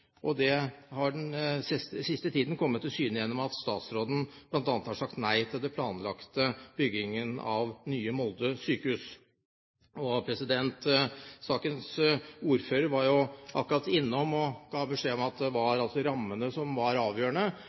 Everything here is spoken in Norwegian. og det har den siste tiden kommet til syne gjennom at statsråden bl.a. har sagt nei til den planlagte byggingen av nye Molde sykehus. Sakens ordfører var akkurat innom og ga beskjed om at det var rammene som var avgjørende.